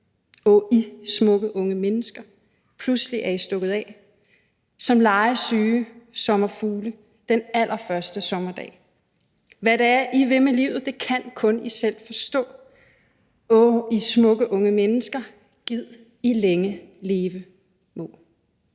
Åh, I smukke unge mennesker, pludselig er I stukket af som legesyge sommerfugle den allerførste sommerdag. Hvad det er, I vil med livet, det kan kun I selv forstå. Åh, I smukke unge mennesker, gid I længe leve må!